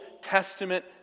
Testament